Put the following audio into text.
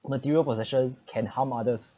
material possession can harm others